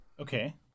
Okay